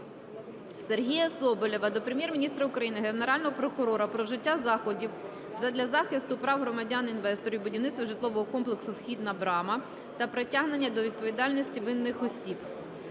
Сергія Соболєва до Прем'єр-міністра України, Генерального прокурора про вжиття заходів задля захисту прав громадян-інвесторів будівництва житлового комплексу "Східна брама" та притягнення до відповідальності винних осіб.